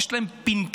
יש להם פנקס,